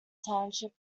township